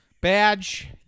badge